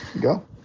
go